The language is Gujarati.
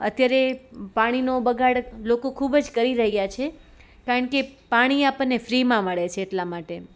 અત્યારે પાણીનો બગાડ લોકો ખૂબ જ કરી રહ્યાં છે કારણકે પાણી આપણને ફ્રીમાં મળે છે એટલા માટે